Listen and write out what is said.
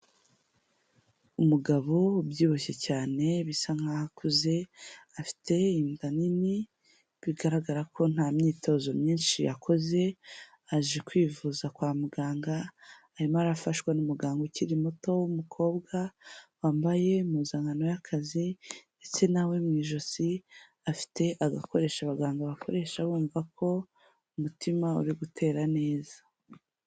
Umugabo ubyibushye cyane bisa nkaho akuze, afite inda nini bigaragara ko nta myitozo myinshi yakoze, aje kwivuza kwa muganga, arimo arafashwa n'umuganga ukiri muto w'umukobwa wambaye impuzankano y'akazi ndetse nawe mu ijosi afite agakoresho abaganga bakoresha bumva ko umutima uri gutera neza.